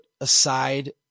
aside